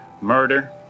murder